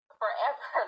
forever